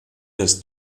des